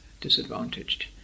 disadvantaged